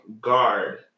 Guard